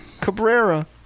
Cabrera